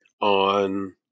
on